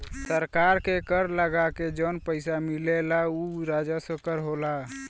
सरकार के कर लगा के जौन पइसा मिलला उ राजस्व कर होला